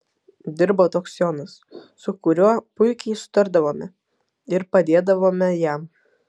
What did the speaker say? dirbo toks jonas su kuriuo puikiai sutardavome ir padėdavome jam